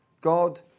God